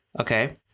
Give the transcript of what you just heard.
okay